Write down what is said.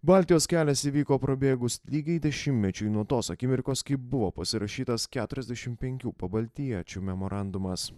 baltijos kelias įvyko prabėgus lygiai dešimtmečiui nuo tos akimirkos kai buvo pasirašytas keturiasdešim penkių pabaltijiečių memorandumas